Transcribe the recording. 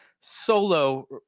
solo